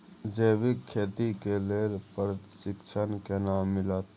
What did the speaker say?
जैविक खेती के लेल प्रशिक्षण केना मिलत?